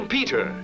Peter